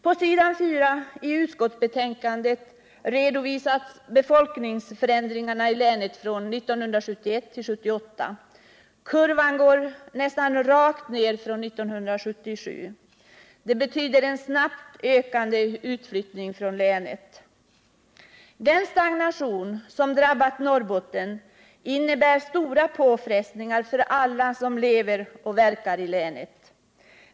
På s. 4 i utskottsbetänkandet redovisas befolkningsförändringarna i länet 1971-1978. Kurvan går nästan rakt ner från 1977. Det betyder en snabbt ökande utflyttning från länet. Den stagnation som drabbat Norrbotten innebär stora påfrestningar för alla som lever och verkar i länet.